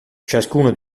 ciascuno